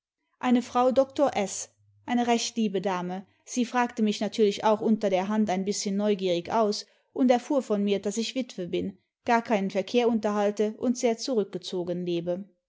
eine frau doktor s eine recht liebe dame sie fragte midb natürlich auch unter der hand ein bißchen neugierig aus und erfuhr von mir daß ich witwe bin gar keinen verkehr unterhalte und sehr zurückgezogen lebe